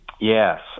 yes